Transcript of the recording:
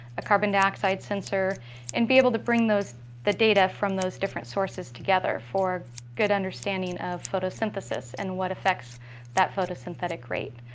a carbon dioxide sensor and be able to bring the data from those different sources together for good understanding of photosynthesis and what affects that photosynthetic rate.